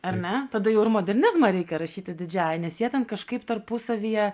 ar ne tada jau ir modernizmą reikia rašyti didžiąja nes jie ten kažkaip tarpusavyje